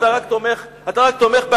אתה רק תומך בהקפאה,